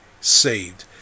saved